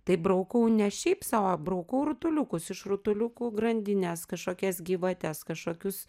tai braukau ne šiaip sau o braukau rutuliukus iš rutuliukų grandines kažkokias gyvates kažkokius